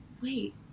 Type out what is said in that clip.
wait